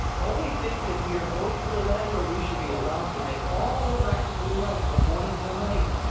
only think that we are going to a land where we shall be allowed to make all the racket we like from morning till night.